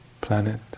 planet